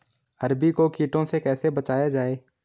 अरबी को कीटों से कैसे बचाया जाए?